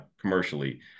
commercially